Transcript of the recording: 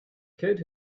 kid